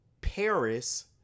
Paris